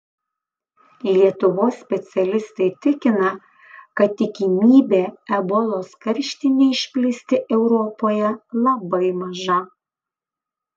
lietuvos specialistai tikina kad tikimybė ebolos karštinei išplisti europoje labai maža